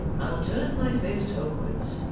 i'll turn my face homewards,